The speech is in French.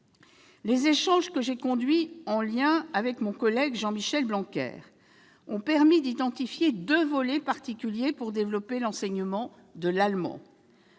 Les échanges que j'ai conduits, en lien avec mon collègue Jean-Michel Blanquer, ont permis d'identifier deux volets particuliers pour développer l'enseignement de l'allemand